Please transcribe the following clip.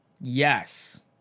Yes